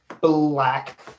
black